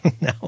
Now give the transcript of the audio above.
no